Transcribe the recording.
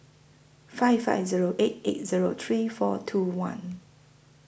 five five Zero eight eight Zero three four two one